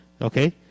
Okay